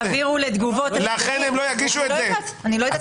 אני לא יודעת.